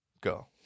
Go